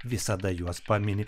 visada juos pamini